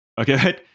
Okay